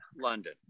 London